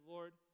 Lord